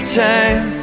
time